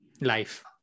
life